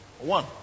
One